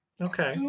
okay